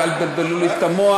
ואל תבלבלו לי את המוח.